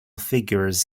figures